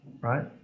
Right